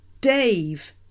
dave